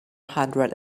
hundred